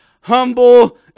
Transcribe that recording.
humble